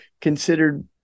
considered